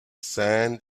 sand